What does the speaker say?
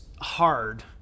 hard